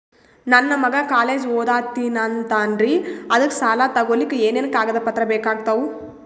ನನ್ನ ಮಗ ಕಾಲೇಜ್ ಓದತಿನಿಂತಾನ್ರಿ ಅದಕ ಸಾಲಾ ತೊಗೊಲಿಕ ಎನೆನ ಕಾಗದ ಪತ್ರ ಬೇಕಾಗ್ತಾವು?